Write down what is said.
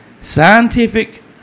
Scientific